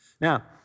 Now